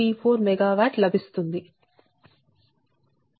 334 MW లభిస్తుంది